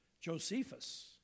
Josephus